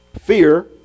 Fear